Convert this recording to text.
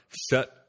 set